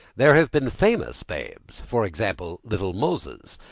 there have been famous babes for example, little moses,